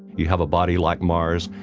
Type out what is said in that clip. you have a body like mars,